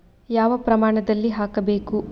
ಯಾವ ಪ್ರಮಾಣದಲ್ಲಿ ಹಾಕಬೇಕು?